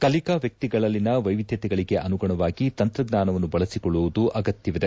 ಕಲಿಕಾ ವಟ್ಟಿಗಳಲ್ಲಿನ ವೈವಿದ್ಯತೆಗಳಿಗೆ ಅನುಗುಣವಾಗಿ ತಂತ್ರಜ್ಞಾನವನ್ನು ಬಳಸಿಕೊಳ್ಳುವುದು ಅಗತ್ಯವಿದೆ